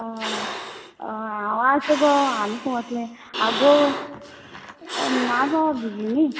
हय हय हांव आस गो आनी खंय वतले आगो नागो बिजी न्ही